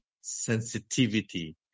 sensitivity